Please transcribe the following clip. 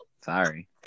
Sorry